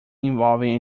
involving